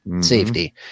safety